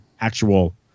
actual